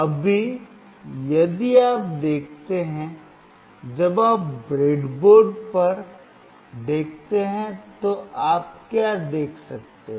अभी यदि आप देखते हैं जब आप ब्रेडबोर्ड पर देखते हैं तो आप क्या देख सकते हैं